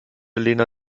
lena